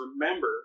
remember